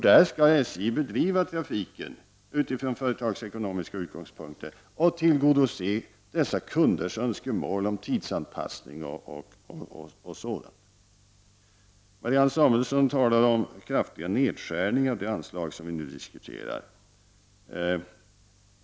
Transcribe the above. Där skall SJ bedriva trafiken utifrån företagsekonomiska utgångspunkter och tillgodose dessa kunders önskemål om tidsanpassning osv. Marianne Samuelsson talar om kraftiga nedskärningar av det anslag som vi nu diskuterar.